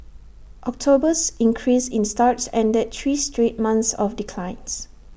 October's increase in starts ended three straight months of declines